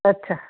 ਅੱਛਾ